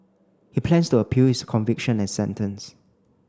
he plans to appeal his conviction and sentence